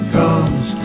comes